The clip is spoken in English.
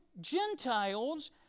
Gentiles